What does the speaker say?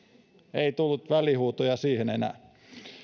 ei tullut välihuutoja siihen enää